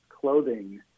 clothing